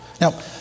Now